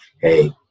hey